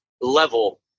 level